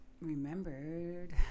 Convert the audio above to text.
Remembered